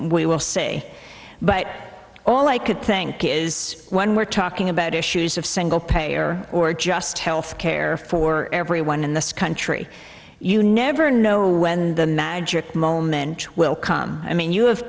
we will say but all i could think is when we're talking about issues of single payer or just health care for everyone in this country you never know when the magic moment will come i mean you